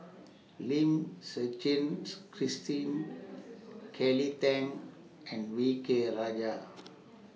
Lim Suchen Christine Kelly Tang and V K Rajah